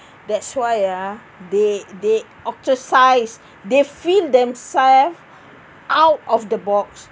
that's why ah they they ostracised they feel themselves out of the box